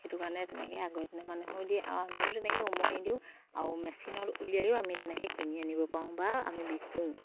সেইটো কাৰণে তেনেকে আগৰ দিনৰ মানুহেও দিয়ে আমিও তেনেকে উমনি দিওঁ আৰু মেচিনত উলিয়াইও আমি তেনেকে কিনি আনিব পাৰো বা আমি বিকোঁ